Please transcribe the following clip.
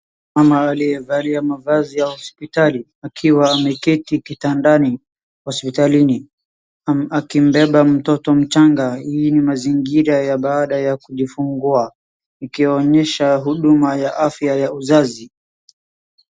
Mama aliyevalia mavazi ya hospitali akiwa ameketi kitandani hospitalini akimbeba mtoto mchanga. Hii ni mazingira ya baada ya kujifungua ikionyesha huduma ya afya ya uzazi.